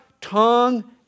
tongue